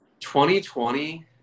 2020